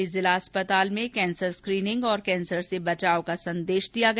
इस मौके पर करौली जिला अस्पताल में कैंसर स्क्रीनिंग और कैंसर से बचाव का संदेश दिया गया